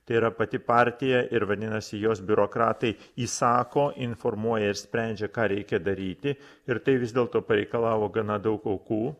tai yra pati partija ir vadinasi jos biurokratai įsako informuoja ir sprendžia ką reikia daryti ir tai vis dėlto pareikalavo gana daug aukų